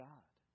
God